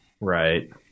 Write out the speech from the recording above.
Right